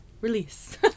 Release